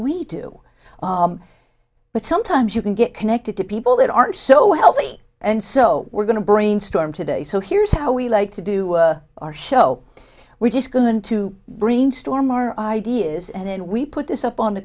we do but sometimes you can get connected to people that are so healthy and so we're going to brainstorm today so here's how we like to do our show we're just going to brainstorm our ideas and then we put this up on the